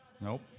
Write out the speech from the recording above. Nope